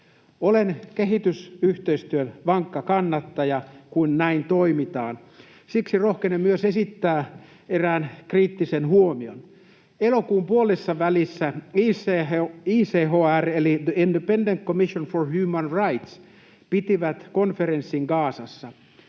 Olen kehitysyhteistyön vankka kannattaja, kun näin toimitaan. Siksi rohkenen myös esittää erään kriittisen huomion. Elokuun puolessavälissä ICHR eli The Independent Commission for Human Rights piti konferenssin Gazassa.